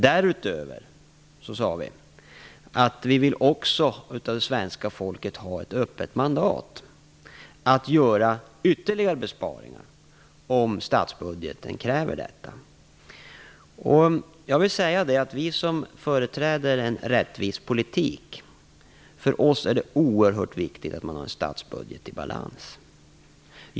Därutöver sade vi också att vi av det svenska folket ville ha ett öppet mandat att göra ytterligare besparingar om statsbudgeten krävde detta. För oss som företräder en rättvis politik är det oerhört viktigt att ha en statsbudget i balans.